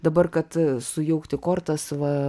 dabar kad sujaukti kortas va